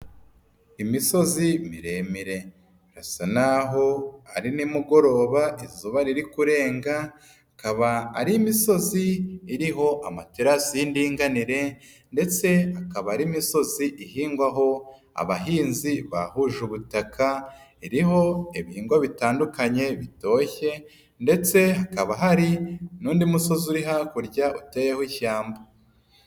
Imisozi miremire, isa naho ari nimugoroba izuba riri kurenga, akaba ari imisozi iriho amaterasi y'indinganire, ndetse akaba ari'imisozi ihingwaho, abahinzi bahuje ubutaka, iriho ibihingwa bitandukanye bitoshye, ndetse hakaba hari n'undi musozi uri hakurya uteyeho ishyamba.